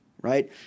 right